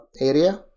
area